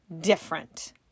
different